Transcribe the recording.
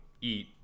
eat